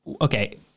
Okay